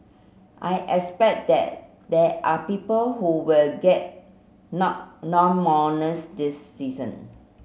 I expect that there are people who will get no no bonus this season